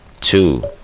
two